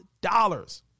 dollars